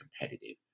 competitive